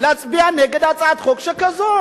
להצביע נגד הצעת חוק שכזאת?